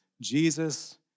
Jesus